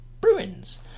Bruins